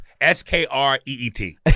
S-K-R-E-E-T